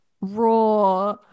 raw